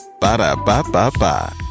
Ba-da-ba-ba-ba